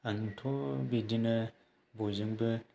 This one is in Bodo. आंथ' बिदिनो बयजोंबो